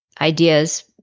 ideas